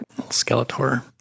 Skeletor